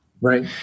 Right